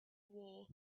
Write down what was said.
war